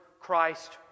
Christ